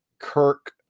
kirk